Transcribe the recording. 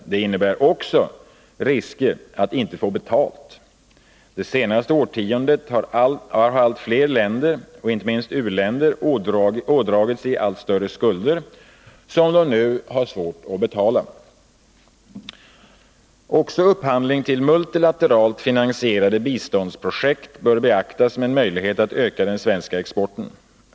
Det innebär också risker att inte få betalt. Det senaste årtiondet har allt fler länder, och inte minst u-länder, ådragit sig allt större skulder, som de nu har svårt att betala. Också upphandling till multilateralt finansierade biståndsprojekt bör beaktas som en möjlighet att öka den svenska exporten.